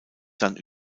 dann